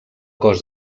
cos